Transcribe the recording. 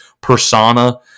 persona